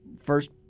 first